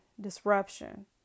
disruption